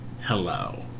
hello